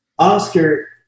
Oscar